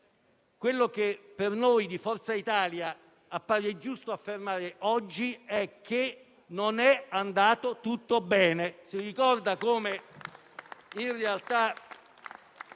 quello che per noi di Forza Italia appare giusto affermare oggi è che non è andato tutto bene.